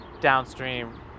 downstream